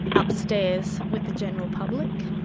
upstairs with the general public.